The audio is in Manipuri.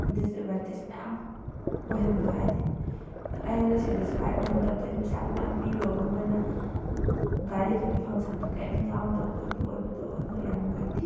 ꯗꯤꯁꯑꯦꯗꯕꯥꯟꯇꯦꯖ ꯃꯌꯥꯝ ꯑꯣꯏꯍꯟꯕꯗꯣ ꯍꯥꯏꯗꯤ ꯑꯩꯉꯣꯟꯗ ꯁꯦꯇꯤꯁꯐꯥꯏ ꯑꯣꯏꯍꯟꯗꯕꯗꯣ ꯑꯩꯅ ꯄꯩꯁꯥꯗꯨ ꯃꯌꯥꯝ ꯄꯤꯔꯨꯔꯒ ꯃꯣꯏꯅ ꯒꯔꯤꯗꯨꯒꯤ ꯐꯪꯁꯟꯗꯣ ꯀꯔꯤꯝ ꯌꯥꯎꯔꯝꯗꯕꯗꯣ ꯑꯗꯨ ꯑꯣꯏꯕꯗꯣ ꯑꯗꯨ ꯌꯥꯝꯅ ꯅꯨꯡꯉꯥꯏꯇꯦ